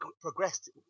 progressed